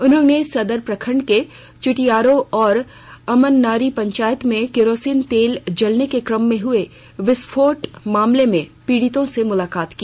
उन्होंने सदर प्रखण्ड के चुटियारो और अमनारी पंचायत में किरोसिन तेल जलाने के कम में हुए विस्फोट मामले में पीड़ितों से मुलाकात की